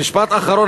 משפט האחרון,